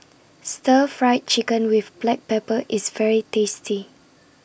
Stir Fried Chicken with Black Pepper IS very tasty